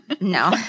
No